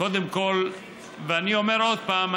אני אומר עוד פעם,